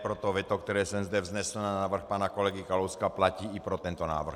Proto veto, které jsem zde vznesl na návrh pana kolegy Kalouska, platí i pro tento návrh.